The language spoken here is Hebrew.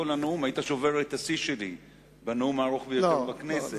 הנאום היית שובר את השיא שלי בנאום הארוך ביותר בכנסת.